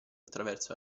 attraverso